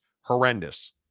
horrendous